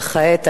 וכעת,